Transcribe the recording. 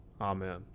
Amen